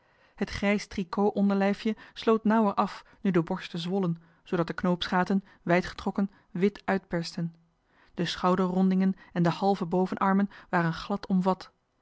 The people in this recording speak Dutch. het grijs tricot onderlijfje sloot nauwer af nu de borsten zwollen zoodat de knoopsgaten wijdgetrokken wit uitpersten de schouderrondingen en de halve bovenarmen waren glad omvat